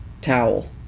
Towel